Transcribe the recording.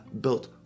built